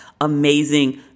amazing